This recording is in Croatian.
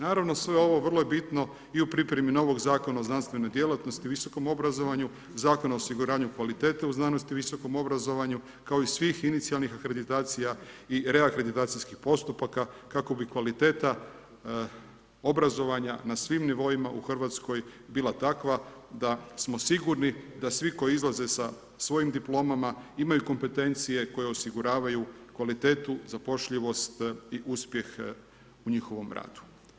Naravno sve ovo vrlo je bitno i u pripremi novog Zakona o znanstvenoj djelatnosti, visokom obrazovanju, Zakonu o osiguranju kvalitete u znanosti i visokom obrazovanju, kao i svih inicijalnih akreditacija i reakreditacijskih postupaka kako bi kvaliteta obrazovanja na svim nivoima u Hrvatskoj bila takva da smo sigurni da svi koji izlaze sa svojim diplomama imaju kompetencije koje osiguravaju kvalitetu, zapošljivost i uspjeh u njihovom radu.